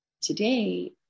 Today